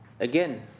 Again